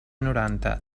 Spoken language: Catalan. noranta